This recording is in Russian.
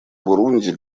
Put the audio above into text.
бурунди